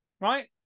right